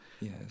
Yes